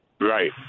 Right